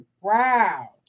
Wow